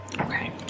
Okay